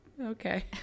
Okay